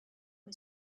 est